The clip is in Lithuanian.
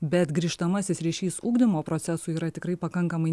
bet grįžtamasis ryšys ugdymo procesui yra tikrai pakankamai